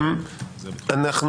אם